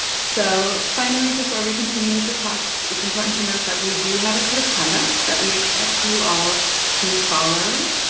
so, finally, before we continue with the talks, it's important to note that we do have a code of conduct that we expect you all to follow,